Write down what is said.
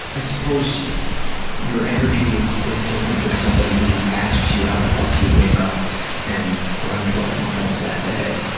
i suppose your energy is is different than somebody who asks you how the fuck do you wake up and run twelve miles that day.